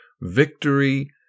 victory